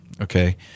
okay